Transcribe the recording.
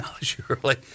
surely